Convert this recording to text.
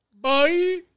Bye